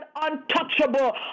untouchable